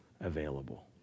available